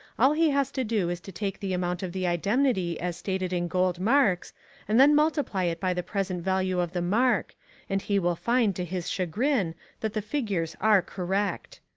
all he has to do is to take the amount of the indemnity as stated in gold marks and then multiply it by the present value of the mark and he will find to his chagrin that the figures are correct.